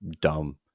dumb